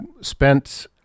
spent